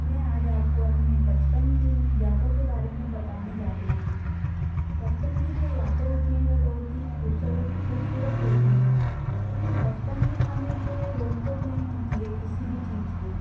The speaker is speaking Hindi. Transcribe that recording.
मैं आज आपको अपने बचपन की यादों के बारे में बताने जा रही हूँ बचपन की जो यादे होती हैं वे बहुत ही खुबसूरत होती हैं क्योकि बचपन में हमें कोई रोक टोक नहीं होती है किसी भी चीज की